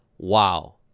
Wow